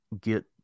get